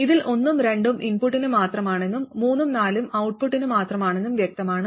ഇതിൽ ഒന്നും രണ്ടും ഇൻപുട്ടിന് മാത്രമാണെന്നും മൂന്നും നാലും ഔട്ട്പുട്ടിന് മാത്രമാണെന്നും വ്യക്തമാണ്